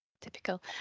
Typical